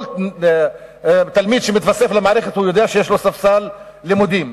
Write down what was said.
כל תלמיד שנוסף למערכת יודע שיש לו ספסל לימודים.